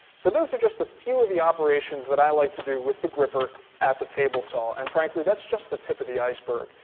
so those are just a few of the operations that i like to do with the grr-ripper at the table saw and frankly, that's just the tip of the iceberg.